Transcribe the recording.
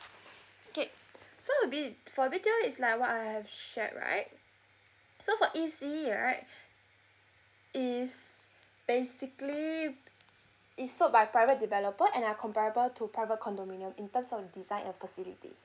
okay so it'd be for B_T_O is like what I have shared right so for E_C right is basically it's sold by private developer and are comparable to private condominium in terms of design and facility